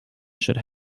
should